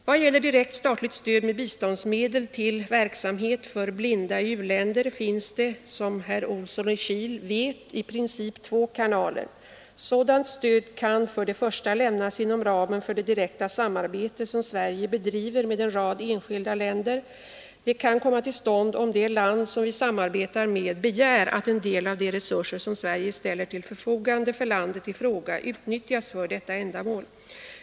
Vad gäller direkt statligt stöd med biståndsmedel till verksamhet för blinda i u-länder finns det som bekant i princip två kanaler. Sådant stöd kan för det första lämnas inom ramen för det direkta samarbete som Sverige bedriver med en rad enskilda länder. Det kan komma till stånd om det land vi samarbetar med begär att en del av de resurser som Sverige ställer till förfogande för landet i fråga utnyttjas för detta ändamål.